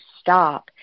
stop